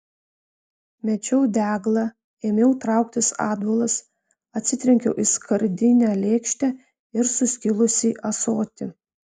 mečiau deglą ėmiau trauktis atbulas atsitrenkiau į skardinę lėkštę ir suskilusį ąsotį